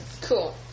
Cool